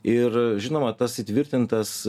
ir žinoma tas įtvirtintas